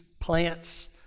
plants